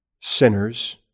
sinners